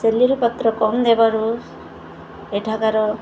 celery ପତ୍ର କମ ଦେବାରୁ ଏଠାକାର